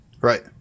right